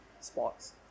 sports